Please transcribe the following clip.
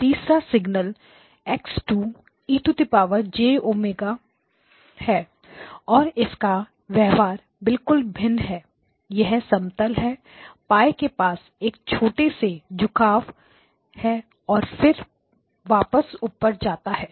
तीसरा signal X 2 e jω है और इसका व्यवहार बिल्कुल भिन्न है यह समतल है π के पास एक छोटे से झुकाव है और फिर वापस ऊपर जाता है